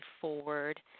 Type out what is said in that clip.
forward